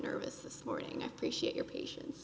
nervous this morning appreciate your patience